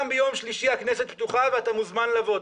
גם ביום שלישי הכנסת פתוחה ואתה מוזמן לבוא.